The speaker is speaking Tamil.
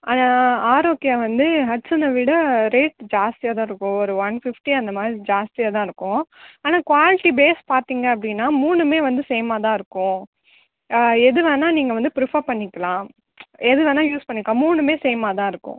ஆனால் ஆரோக்கியா வந்து ஹட்சனை விட ரேட்டு ஜாஸ்த்தியாக தான் இருக்கும் ஒரு ஒன் ஃபிஃப்ட்டி அந்தமாதிரி ஜாஸ்தியாக தான் இருக்கும் ஆனால் குவாலிட்டி பேஸ் பார்த்தீங்க அப்படின்னா மூணுமே வந்து சேமாக தான் இருக்கும் எது வேணால் நீங்கள் வந்து பிரிஃபர் பண்ணிக்கலாம் எது வேணால் யூஸ் பண்ணிக்கலாம் மூணுமே சேமாக தான் இருக்கும்